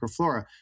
microflora